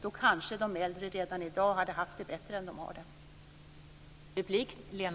Då kanske de äldre redan i dag hade haft det bättre än de har det.